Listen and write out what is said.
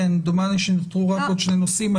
דומני שנותרו רק עוד שני נושאים,